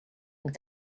and